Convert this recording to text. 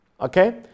Okay